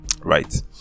right